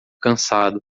cansado